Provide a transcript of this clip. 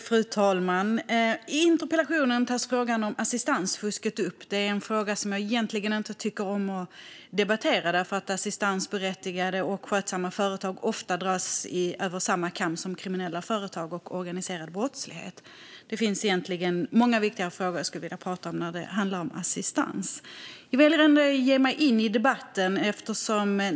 Fru talman! I interpellationen tas frågan om assistansfusket upp. Det är en fråga som jag egentligen inte tycker om att debattera då assistansberättigade och skötsamma företag ofta dras över samma kam som kriminella företag och organiserad brottslighet. Det finns egentligen många viktigare frågor som jag skulle vilja prata om när det gäller assistans. Jag väljer ändå att ge mig in i debatten.